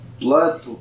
Blood